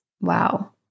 Wow